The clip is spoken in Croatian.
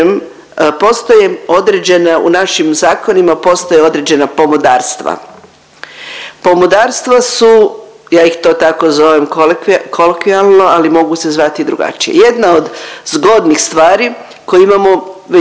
u našim zakonima postoje određena pomodarstva. Pomodarstva su ja ih to tako zovem kolokvijalno, ali mogu se zvati i drugačije. Jedna od zgodnih stvari koju imamo već